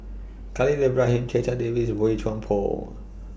Khalil Ibrahim Checha Davies Boey Chuan Poh